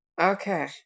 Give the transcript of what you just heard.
Okay